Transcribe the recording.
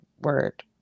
word